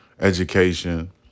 education